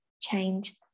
change